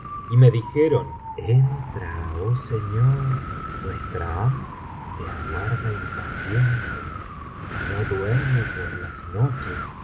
y me dijeron entra oh señor nuestra ama te aguarda impaciente no duerme por las noches